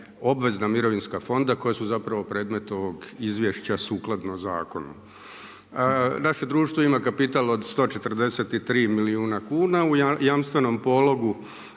obvezna mirovinska fonda koja su zapravo predmet ovoga izvješća sukladno zakonu. Naše društvo ima kapital od 143 milijuna kuna, u jamstvenom pologu